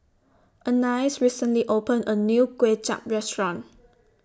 Anais recently opened A New Kway Chap Restaurant